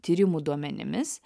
tyrimų duomenimis